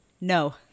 No